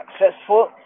successful